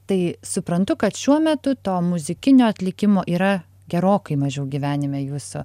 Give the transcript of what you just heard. tai suprantu kad šiuo metu to muzikinio atlikimo yra gerokai mažiau gyvenime jūsų